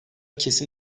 kesin